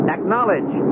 Acknowledge